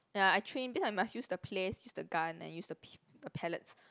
ya I train then I must use the place use the gun and use the pi~ the pallets